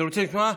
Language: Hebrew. אתם רוצים לשמוע?